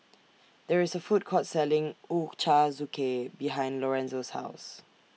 There IS A Food Court Selling Ochazuke behind Lorenza's House